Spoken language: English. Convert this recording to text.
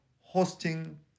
hosting